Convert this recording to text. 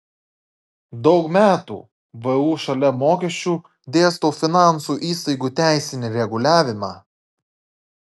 daug metų vu šalia mokesčių dėstau finansų įstaigų teisinį reguliavimą